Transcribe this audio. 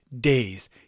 days